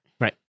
Right